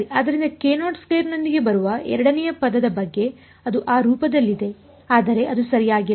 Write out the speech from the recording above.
ಆದ್ದರಿಂದ ಸರಿ ಆದರೆ ನೊಂದಿಗೆ ಬರುವ ಎರಡನೆಯ ಪದದ ಬಗ್ಗೆ ಅದು ಆ ರೂಪದಲ್ಲಿದೆ ಆದರೆ ಅದು ಸರಿಯಾಗಿಲ್ಲ